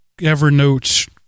Evernote